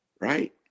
right